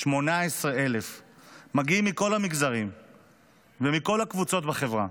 18,000. מגיעים מכל המגזרים ומכל הקבוצות בחברה: